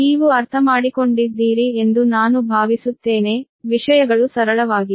ನೀವು ಅರ್ಥಮಾಡಿಕೊಂಡಿದ್ದೀರಿ ಎಂದು ನಾನು ಭಾವಿಸುತ್ತೇನೆ ವಿಷಯಗಳು ಸರಳವಾಗಿದೆ